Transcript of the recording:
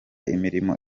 imirimo